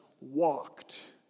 walked